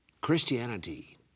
Christianity